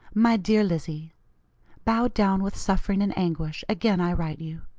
my dear lizzie bowed down with suffering and anguish, again i write you.